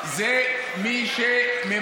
זה רק מי שהוסמך לכנס ישיבה,